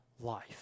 life